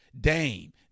Dame